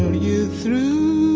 yes, through